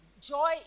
Joy